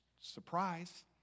Surprise